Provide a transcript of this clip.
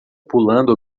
pulando